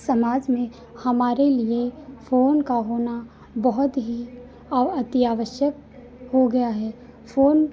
समाज में हमारे लिए फ़ोन का होना बहुत ही आ अति आवश्यक हो गया है फ़ोन